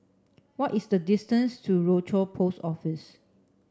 what is the distance to Rochor Post Office